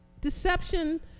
Deception